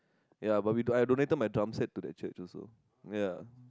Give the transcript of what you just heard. ya but we I donated my drum set to the church also ya